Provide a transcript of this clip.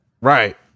Right